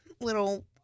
little